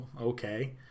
okay